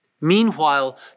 Meanwhile